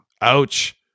Ouch